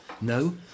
No